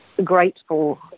Grateful